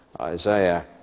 Isaiah